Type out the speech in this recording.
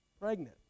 pregnant